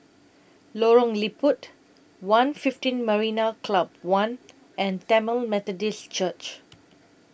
Lorong Liput one fifteen Marina Club one and Tamil Methodist Church